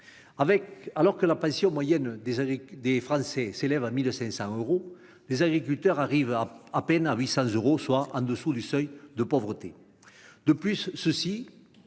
Alors que la pension moyenne des Français s'élève à 1 500 euros, les agriculteurs arrivent à peine à 800 euros, soit en dessous du seuil de pauvreté ! Ces derniers